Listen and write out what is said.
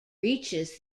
reaches